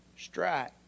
strike